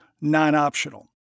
non-optional